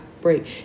break